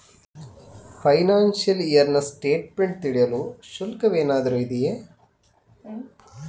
Financial year ನ statement ತಿಳಿಯಲು ಶುಲ್ಕವೇನಾದರೂ ಇದೆಯೇ?